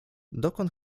dokąd